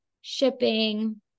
shipping